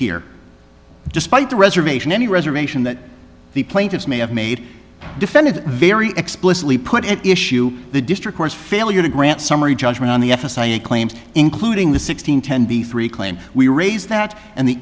here despite the reservation any reservation that the plaintiffs may have made defended very explicitly put at issue the district court's failure to grant summary judgment on the f s a claims including the sixteen tenby three claim we raised that and the